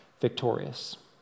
victorious